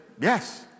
Yes